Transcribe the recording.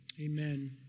amen